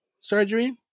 surgery